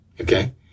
Okay